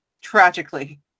tragically